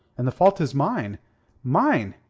and the fault is mine mine!